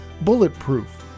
Bulletproof